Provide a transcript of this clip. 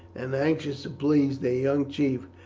and anxious to please their young chief,